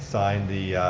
sign the